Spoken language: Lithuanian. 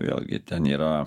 vėlgi ten yra